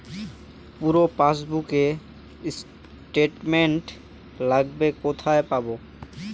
পুরো পাসবুকের স্টেটমেন্ট লাগবে কোথায় পাব?